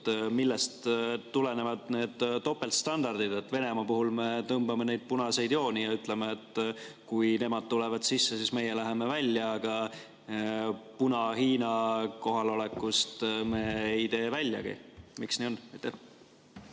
millest tulenevad need topeltstandardid? Venemaa puhul me tõmbame punaseid jooni ja ütleme, et kui nemad tulevad sisse, siis meie läheme välja, aga Puna-Hiina kohalolekust me ei tee väljagi. Miks nii on?